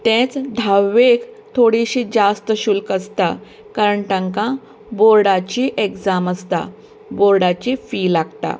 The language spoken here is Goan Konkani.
तेच धाव्वेक थोडीशीं जास्त शुल्क आसता कारण तांकां बोर्डाची एग्जाम आसता बोर्डाची फी लागता